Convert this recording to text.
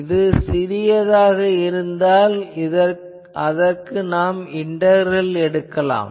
இது சிறியதாக இருந்தால் அதற்கு நாம் இண்டகரல் எடுக்கலாம்